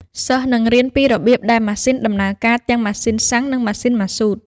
សិស្សនឹងរៀនពីរបៀបដែលម៉ាស៊ីនដំណើរការ ទាំងម៉ាស៊ីនសាំងនិងម៉ាស៊ីនម៉ាស៊ូត។